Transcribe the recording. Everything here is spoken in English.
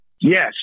Yes